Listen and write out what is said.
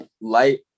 light